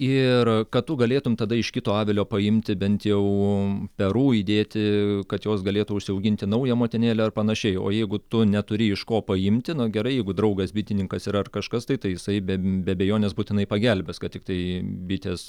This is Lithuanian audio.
ir kad tu galėtum tada iš kito avilio paimti bent jau perų įdėti kad jos galėtų užsiauginti naują motinėlę ar panašiai o jeigu tu neturi iš ko paimti na gerai jeigu draugas bitininkas yra ar kažkas tai tai jisai be be abejonės būtinai pagelbės kad tiktai bitės